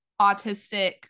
autistic